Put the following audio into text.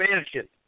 expansion